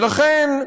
ולכן,